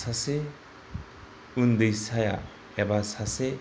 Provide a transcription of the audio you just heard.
सासे उन्दैसाया एबा सासे